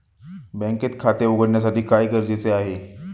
बँकेत खाते उघडण्यासाठी काय गरजेचे आहे?